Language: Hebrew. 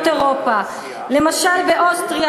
אירופה שאולי אתה לא יודע: למשל באוסטריה,